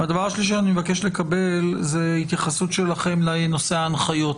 והדבר השלישי שאני מבקש לקבל זה התייחסות שלכם לנושא ההנחיות.